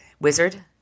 Wizard